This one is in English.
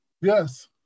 yes